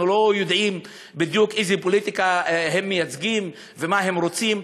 אנחנו לא יודעים בדיוק איזו פוליטיקה הם מייצגים ומה הם רוצים?